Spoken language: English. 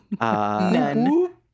None